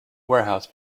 warehouse